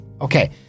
Okay